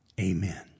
Amen